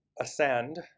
ascend